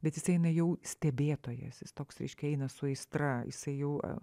bet jis eina jau stebėtojas jis toks reiškia eina su aistra jisai jau